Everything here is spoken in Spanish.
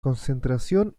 concentración